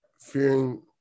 fearing